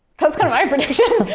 that's kind of my prediction.